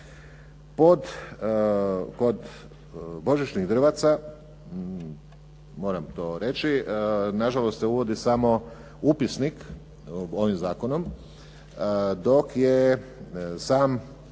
šuma. Kod božićnih drvaca, moram to reći, na žalost se uvodi samo upisnik ovim zakonom, dok je sam